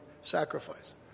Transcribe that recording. sacrifice